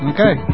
Okay